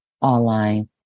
online